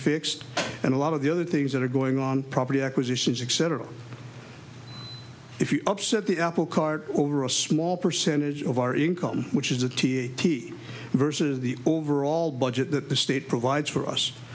fixed and a lot of the other things that are going on property acquisitions etc if you upset the apple cart over a small percentage of our income which is a t t versus the overall budget that the state provides for us